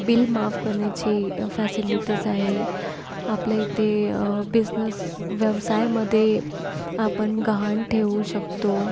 bill माफ करण्याची facilities आहे आपल्या इथे बिजनेस व्यवसायामध्ये आपण गहाण ठेवू शकतो